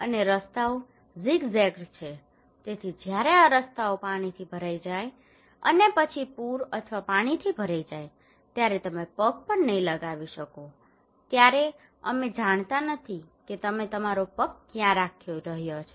અને રસ્તાઓ zigzagged છે તેથી જ્યારે આ રસ્તાઓ પાણીથી ભરાઈ જાય છે અને પછી પૂર અથવા પાણી ભરાઈ જાય છે ત્યારે તમે પગ નહીં લગાવી શકો ત્યારે અમે જાણતા નથી કે તમે તમારો પગ ક્યાં રાખી રહ્યા છો